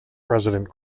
president